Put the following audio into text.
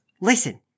Listen